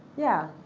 yeah